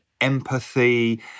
empathy